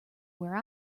where